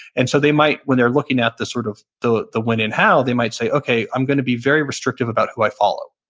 and so they might, when they're looking at the sort of the when and how, they might say, okay, i'm going to be very restrictive about who i follow.